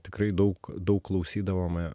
tikrai daug daug klausydavome